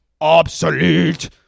obsolete